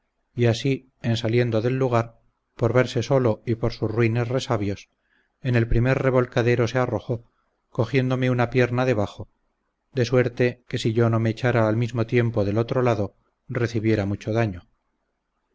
y así en saliendo del lugar por verse solo y por sus ruines resabios en el primer revolcadero se arrojó cogiéndome una pierna debajo de suerte que si yo no me echara al mismo tiempo del otro lado recibiera mucho daño